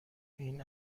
این